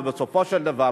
בסופו של דבר,